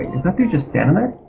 is that dude just standing there?